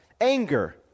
Anger